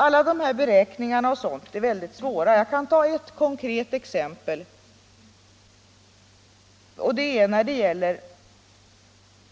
Alla dessa beräkningar är mycket svåra att göra. Jag skall ta ett konkret exempel som gäller